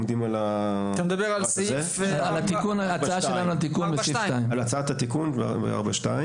--- אתה מדבר על סעיף 4.2. על הצעת התיקון ב-4.2.